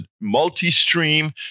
multi-stream